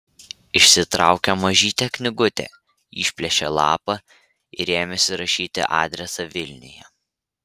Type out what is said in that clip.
išsitraukė mažytę knygutę išplėšė lapą ir ėmėsi rašyti adresą vilniuje